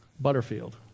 Butterfield